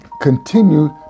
continued